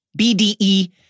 BDE